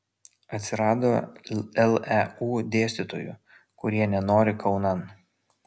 atsirado leu dėstytojų kurie nenori kaunan